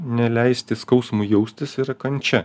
neleisti skausmui jaustis yra kančia